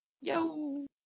Yo